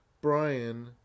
Brian